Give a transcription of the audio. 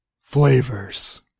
flavors